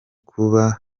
kuba